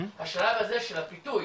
השלב הזה של הפיתוי